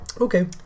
Okay